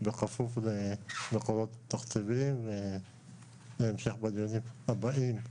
בכפוף למקורות תקציביים ו המשך בדיונים הבאים,